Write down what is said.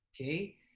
Okay